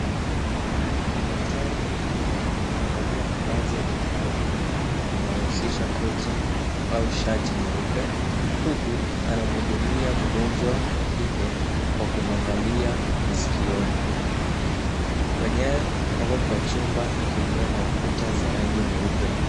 Daktari wa kiume amevalia mavazi ya kikazi inayohusisha koti au shati nyeupe, huku anamhudumia mgonjwa wa kike kwa kumwangalia masikioni ,wenyewe wako kwa chumba kilio na ukuta za rangi nyeupe .